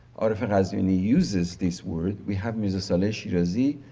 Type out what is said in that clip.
aref and ghazvini uses this word. we have mirza saleh sirazi,